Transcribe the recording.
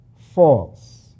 false